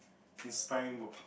inspiring book